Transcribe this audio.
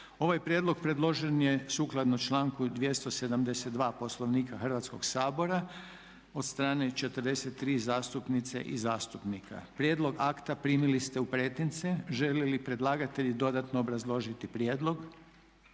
Ovaj prijedlog predložen je sukladno članku 272. Poslovnika Hrvatskoga sabora od strane 43 zastupnice i zastupnika. Prijedlog akta primili ste u pretince. Žele li predlagatelji dodatno obrazložiti prijedlog?